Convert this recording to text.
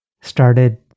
started